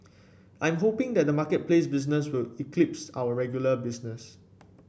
I am hoping that the marketplace business will eclipse our regular business